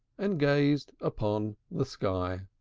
and gazed upon the sky.